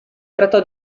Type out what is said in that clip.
trattò